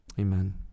Amen